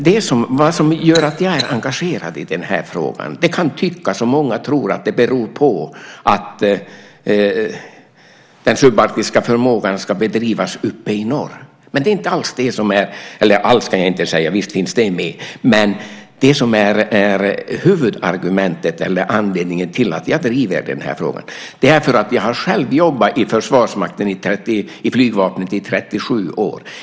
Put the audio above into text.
Det som gör att jag är engagerad i den här frågan tror många är att arbetet med den subarktiska förmågan ska bedrivas uppe i norr. Visst finns det med, men det som är den främsta anledningen till att jag driver den här frågan är att jag själv har jobbat i Flygvapnet i 37 år.